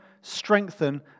strengthen